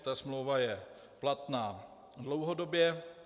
Ta smlouva je platná dlouhodobě.